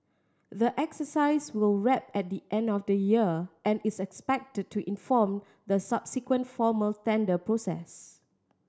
the exercise will wrap at the end of the year and is expect to to inform the subsequent formal tender process